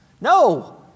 No